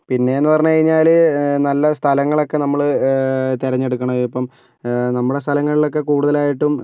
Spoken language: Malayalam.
പിന്നേയെന്നു പറഞ്ഞു കഴിഞ്ഞാൽ നല്ല സ്ഥലങ്ങളൊക്കെ നമ്മൾ തിരഞ്ഞെടുക്കണം ഇപ്പം നമ്മുടെ സ്ഥലങ്ങളിലൊക്ക കൂടുതലായിട്ടും